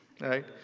right